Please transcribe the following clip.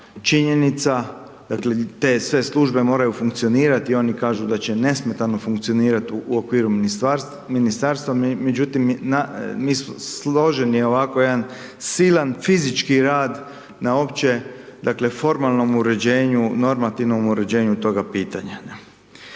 činjenica, dakle te sve službe moraju funkcionirati, oni kažu da će nesmetano funkcionirati u okviru ministarstva, međutim složen je ovako jedan silan fizički rad na opće formalnoj uređenju, normativnom uređenju tog pitanja.